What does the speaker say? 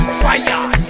fire